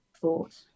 thought